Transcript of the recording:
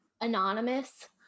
anonymous